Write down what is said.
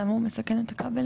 למה הוא מסכן את הכבלים?